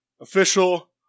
official